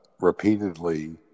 repeatedly